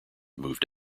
moved